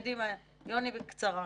קדימה, יוני, בקצרה.